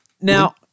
now